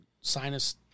sinus